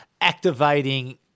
activating –